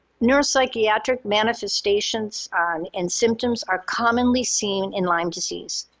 neuropsychiatric manifestations and symptoms are commonly seen in lyme disease.